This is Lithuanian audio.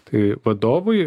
tai vadovui